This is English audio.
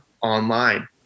online